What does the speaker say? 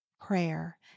prayer